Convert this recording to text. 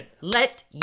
let